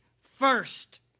first